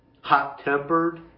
hot-tempered